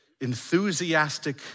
enthusiastic